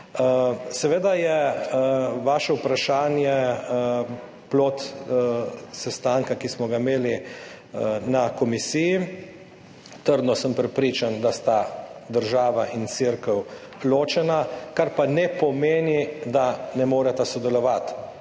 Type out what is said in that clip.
Seveda je vaše vprašanje plod sestanka, ki smo ga imeli na komisiji. Trdno sem prepričan, da sta država in Cerkev ločeni, kar pa ne pomeni, da ne moreta sodelovati.